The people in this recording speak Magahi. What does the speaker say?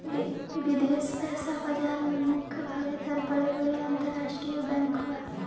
विदेश पइसा बाजार में मुख्य भागीदार बड़े बड़े अंतरराष्ट्रीय बैंक होवऽ हई